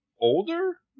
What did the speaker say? older